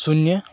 शून्य